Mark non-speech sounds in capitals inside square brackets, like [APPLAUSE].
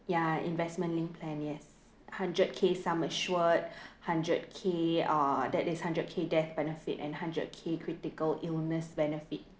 ya investment linked plan yes hundred K sum assured [BREATH] hundred K uh that is hundred K death benefit and hundred K critical illness benefit